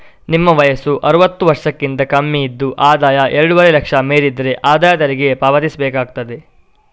ನಿಮ್ಮ ವಯಸ್ಸು ಅರುವತ್ತು ವರ್ಷಕ್ಕಿಂತ ಕಮ್ಮಿ ಇದ್ದು ಆದಾಯ ಎರಡೂವರೆ ಲಕ್ಷ ಮೀರಿದ್ರೆ ಆದಾಯ ತೆರಿಗೆ ಪಾವತಿಸ್ಬೇಕಾಗ್ತದೆ